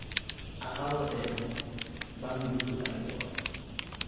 ᱟᱸᱠᱟᱣ ᱠᱟᱛᱮᱜ ᱨᱮᱦᱚᱸ ᱵᱟᱝ ᱡᱩᱛᱩᱜ ᱞᱟᱹᱜᱤᱛᱚᱜᱼᱟ